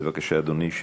בבקשה, אדוני.